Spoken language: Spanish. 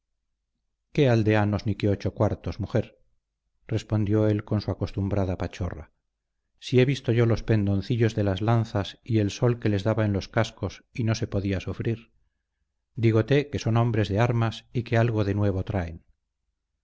qué aldeanos ni qué ocho cuartos mujer respondió él con su acostumbrada pachorra si he visto yo los pendoncillos de las lanzas y el sol que les daba en los cascos y no se podía sufrir dígote que son hombres de armas y que algo de nuevo traen